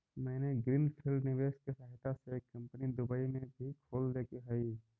मैंने green field निवेश के सहायता से एक कंपनी दुबई में भी खोल लेके हइ